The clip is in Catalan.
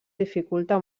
dificulta